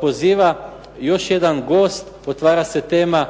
poziva još jedan gost, otvara se tema